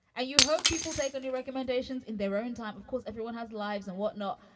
ah you hope people take any recommendations in their own time. of course, everyone has lives and whatnot.